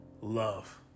love